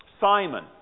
Simon